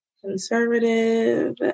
Conservative